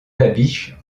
labiche